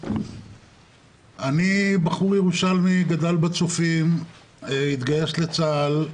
אני בחור ירושלמי, שגדל בצופים, שהתגייס לצה"ל.